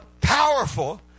powerful